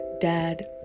dad